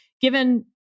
given